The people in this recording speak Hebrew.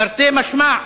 תרתי משמע.